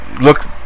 Look